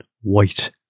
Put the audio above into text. white